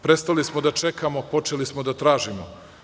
Prestali smo da čekamo, a počeli smo da tražimo.